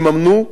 יממנו,